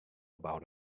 about